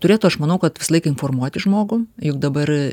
turėtų aš manau kad visą laik informuoti žmogų juk dabar